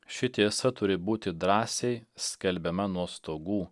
ši tiesa turi būti drąsiai skelbiama nuo stogų